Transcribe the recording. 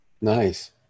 Nice